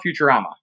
Futurama